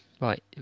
Right